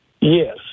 Yes